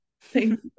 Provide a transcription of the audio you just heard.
thank